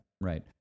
Right